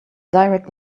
direct